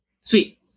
Sweet